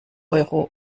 euro